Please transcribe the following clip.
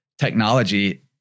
Technology